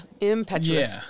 impetuous